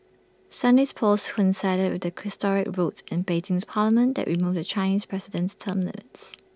Sunday's polls coincided with the historic vote in Beijing's parliament that removed the Chinese president's term limits